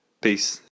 peace